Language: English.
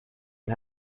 and